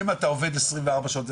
אם אתה עובד 24 שעות,